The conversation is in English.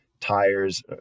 tires